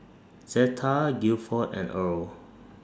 Zetta Gilford and Earle